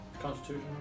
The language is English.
Constitution